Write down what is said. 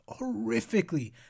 Horrifically